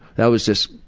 that was just